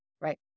right